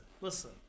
listen